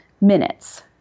minutes